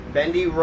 Bendy